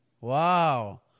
Wow